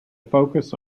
focus